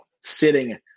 sitting